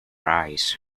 eyes